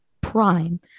prime